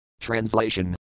Translation